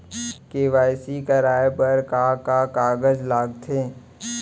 KYC कराये बर का का कागज लागथे?